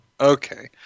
Okay